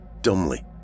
dumbly